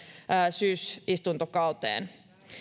syysistuntokauteen